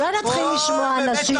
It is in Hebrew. אולי נתחיל לשמוע אנשים?